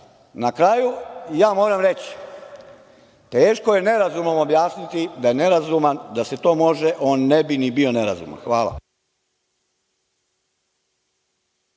kraju, moram reći, teško je nerazumnom objasniti da je nerazuman, da se to može on i ne bi bio nerazuman. Hvala